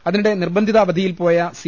അതിനിടെ നിർബന്ധിത അവധിയിൽപോയ സി